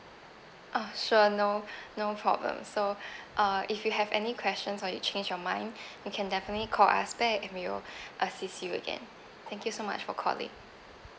oh sure no no problem so uh if you have any questions or you change your mind you can definitely call us back we will assist you again thank you so much for calling